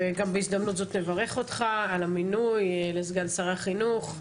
וגם בהזדמנות זאת נברך אותך על המינוי לסגן שר החינוך,